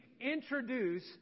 introduce